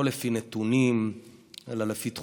לא לפי נתונים אלא לפי תחושות,